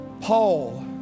Paul